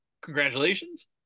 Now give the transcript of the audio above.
congratulations